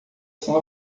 são